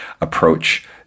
approach